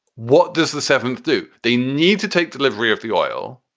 what does the seventh do they need to take delivery of the oil?